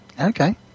Okay